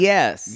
Yes